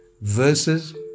verses